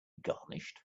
garnished